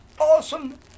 awesome